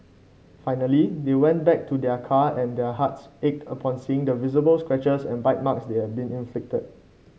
finally they went back to their car and their hearts ached upon seeing the visible scratches and bite marks they had been inflicted